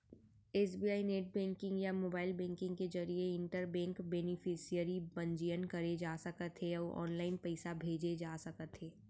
SBI net banking या mobile banking के जरिए इंटर बेंक बेनिफिसियरी पंजीयन करे जा सकत हे अउ ऑनलाइन पइसा भेजे जा सकत हे